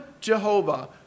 Jehovah